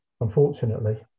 unfortunately